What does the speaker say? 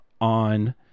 on